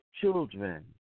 children